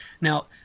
Now